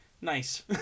nice